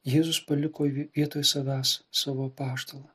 jėzus paliko vietoj savęs savo apaštalą